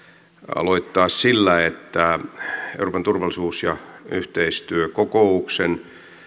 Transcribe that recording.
aloittaa sillä että euroopan turvallisuus ja yhteistyökokouksen